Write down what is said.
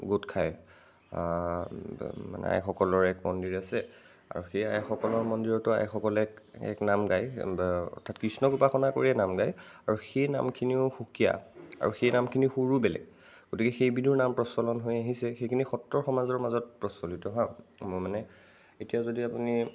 গোট খায় মানে আইসকলৰ এক মন্দিৰ আছে আৰু সেই আইসকলৰ মন্দিৰতো আইসকলে এক নাম গায় অৰ্থাৎ কৃষ্ণক উপাসনা কৰিয়ে নাম গায় আৰু সেই নামখিনিও সুকীয়া আৰু সেই নামখিনিৰ সুৰো বেলেগ গতিকে সেইবিধৰ নাম প্ৰচলন হৈ আহিছে সেইখিনি সত্ৰ সমাজৰ মাজত প্ৰচলিত হা মই মানে এতিয়া যদি আপুনি